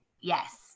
Yes